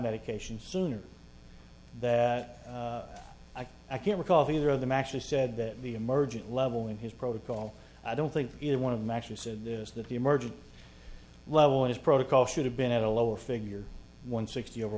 medications sooner that i i can't recall the either of them actually said that the emergent level in his protocol i don't think it one of them actually said this that the emergent level is protocol should have been at a lower figure one sixty o